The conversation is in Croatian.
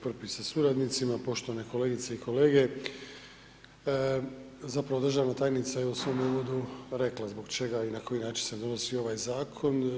Prpić sa suradnicima, poštovane kolegice i kolege, zapravo, državna tajnica je u svom uvodu rekla zbog čega i na koji način se donosi ovaj Zakon.